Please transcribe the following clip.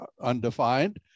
undefined